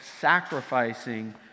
sacrificing